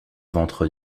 ventre